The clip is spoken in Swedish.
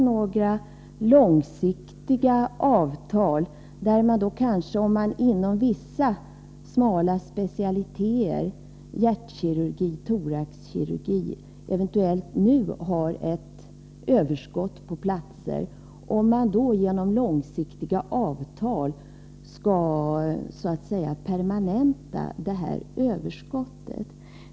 Jag frågar mig om man genom långsiktiga avtal kommer att permanenta det överskott på platser som man nu eventuellt kan ha inom vissa, smala specialiteter — hjärtkirurgi, thoraxkirurgi.